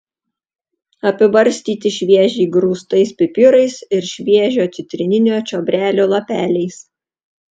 apibarstyti šviežiai grūstais pipirais ir šviežio citrininio čiobrelio lapeliais